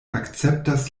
akceptas